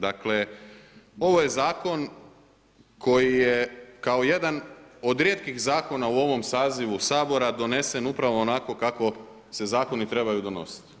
Dakle, ovo je zakon koji je kao jedan od rijetkih zakona u ovom sazivu Sabora donesen upravo onako kako se zakoni trebaju donositi.